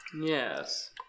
Yes